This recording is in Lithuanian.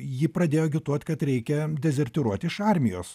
ji pradėjo agituot kad reikia dezertyruoti iš armijos